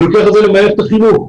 אני לוקח את זה למינהלת החינוך,